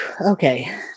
okay